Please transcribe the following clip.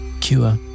cure